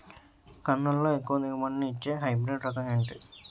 కందుల లో ఎక్కువ దిగుబడి ని ఇచ్చే హైబ్రిడ్ రకం ఏంటి?